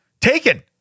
Taken